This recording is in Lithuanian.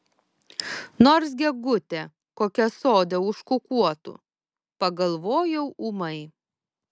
nors gegutė kokia sode užkukuotų pagalvojau ūmai